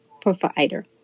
provider